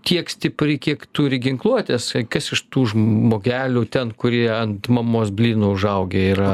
tiek stipri kiek turi ginkluotės kas iš tų žmogelių ten kurie ant mamos blynų užaugę yra